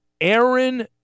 Aaron